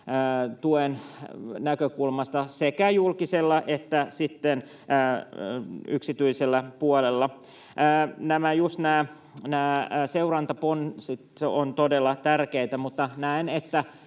tuen näkökulmasta sekä julkisella että sitten yksityisellä puolella. Just nämä seurantaponnet ovat todella tärkeitä. Näen, että